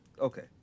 Okay